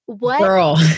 Girl